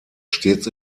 stets